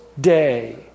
day